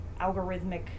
algorithmic